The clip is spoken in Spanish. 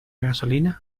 gasolina